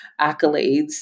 accolades